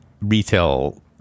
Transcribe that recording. retail